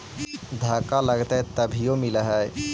धक्का लगतय तभीयो मिल है?